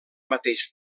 mateix